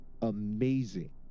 amazing